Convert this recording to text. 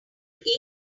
eat